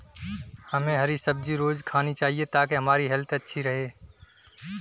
हमे हरी सब्जी रोज़ खानी चाहिए ताकि हमारी हेल्थ अच्छी रहे